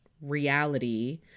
reality